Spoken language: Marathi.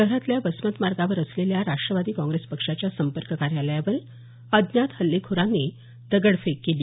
शहरातल्या वसमत मार्गावर असलेल्या राष्ट्रवादी काँग्रेस पक्षाच्या संपर्क कार्यालयावर अज्ञात हल्लेखोरांनी दगडफेक केली